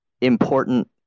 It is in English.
important